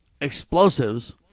explosives